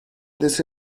this